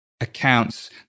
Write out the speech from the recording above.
accounts